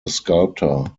sculptor